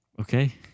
Okay